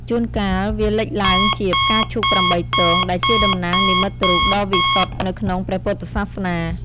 ជួនកាលវាលេចឡើងជា ផ្កាឈូកប្រាំបីទង ដែលជាតំណាងនិមិត្តរូបដ៏វិសុទ្ធនៅក្នុងព្រះពុទ្ធសាសនា។